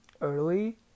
early